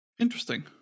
Interesting